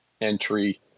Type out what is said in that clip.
entry